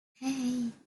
hey